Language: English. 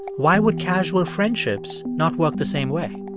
why would casual friendships not work the same way?